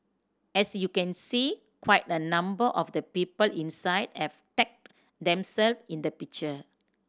as you can see quite a number of the people inside have tagged themselves in the picture